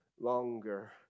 longer